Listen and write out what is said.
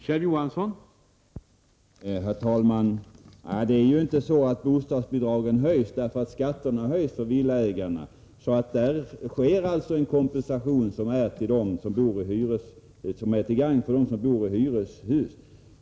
Herr talman! Det är inte så att bostadsbidragen höjs därför att skatterna höjs för villaägarna, utan det blir en kompensation som är till gagn för dem som bor i hyreshus.